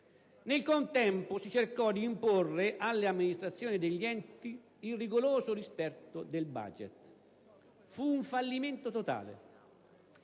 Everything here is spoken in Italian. Nel contempo, si cercò di imporre alle amministrazioni degli enti il rigoroso rispetto del *budget*. Fu un fallimento totale